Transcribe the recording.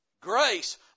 Grace